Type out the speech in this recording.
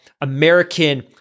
American –